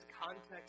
context